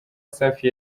safi